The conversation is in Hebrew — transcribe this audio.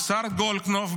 והשר גולדקנופ,